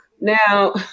Now